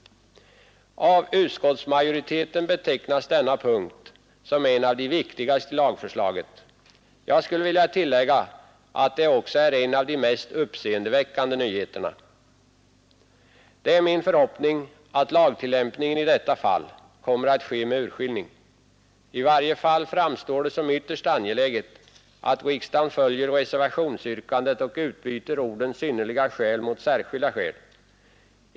Av utskottsmajoriteten betecknas denna punkt som en av de viktigaste i lagförslaget. Jag skulle vilja tillägga att det också är en av de mest uppseendeväckande nyheterna. Det är min förhoppning att lagtillämpningen i detta fall kommer att ske med urskillning. I varje fall framstår det som ytterst angeläget att riksdagen följer reservationsyrkandet och utbyter orden ”synnerliga skäl” mot ”särskilda skäl”.